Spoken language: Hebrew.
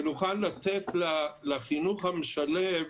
ונוכל לתת לחינוך המשלב